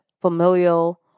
familial